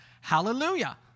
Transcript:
Hallelujah